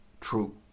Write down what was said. true